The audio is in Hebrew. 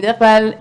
בדרך כלל,